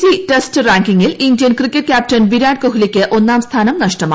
C test റാങ്കിങ്ങിൽ Indian cricket captain Virat കോഹ്ലിക്ക് ഒന്നാം സ്ഥാനം നഷ്ടമായി